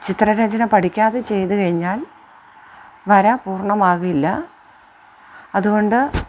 ചിത്രരചന പഠിക്കാതെ ചെയ്ത് കഴിഞ്ഞാൽ വര പൂർണ്ണമാകില്ല അതുകൊണ്ട്